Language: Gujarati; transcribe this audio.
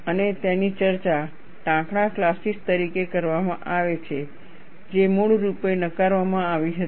અને તેની ચર્ચા ટાંકણા ક્લાસિક તરીકે કરવામાં આવે છે જે મૂળરૂપે નકારવામાં આવી હતી